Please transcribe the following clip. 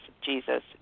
Jesus